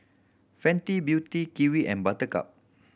Fenty Beauty Kiwi and Buttercup